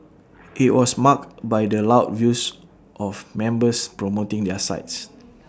IT was marked by the loud views of members promoting their sides